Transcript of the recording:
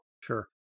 Sure